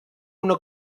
una